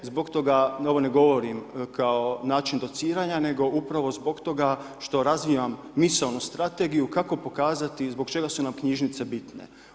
Zbog toga, ovo ne govorim kao način dociranja nego upravo zbog toga što razvijam misaonu strategiju kako pokazati i zbog čega su nam knjižnice bitne.